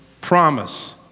promise